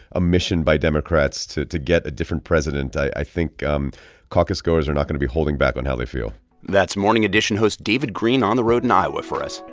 a mission by democrats to to get a different president, i think um caucus-goers are not going to be holding back on how they feel that's morning edition host david greene on the road in iowa for us.